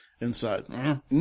inside